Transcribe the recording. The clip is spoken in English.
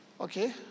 Okay